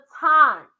time